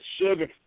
sugar